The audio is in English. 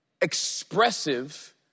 expressive